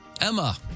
Emma